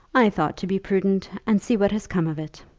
i thought to be prudent, and see what has come of it.